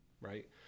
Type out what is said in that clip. right